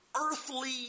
earthly